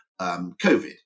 COVID